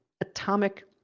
atomic